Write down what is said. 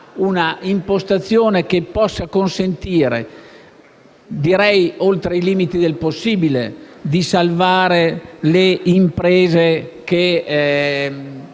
una impostazione che possa consentire, direi oltre ai limiti del possibile, di salvare le imprese